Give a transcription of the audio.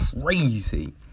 crazy